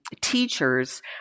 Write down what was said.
teachers